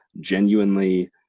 genuinely